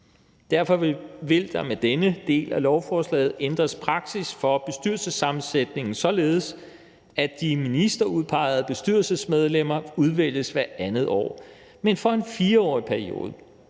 Derfor vil der med denne del af lovforslaget ændres i praksis for bestyrelsessammensætningen, således at de ministerudpegede bestyrelsesmedlemmer udvælges hvert andet år, men for en 4-årig periode.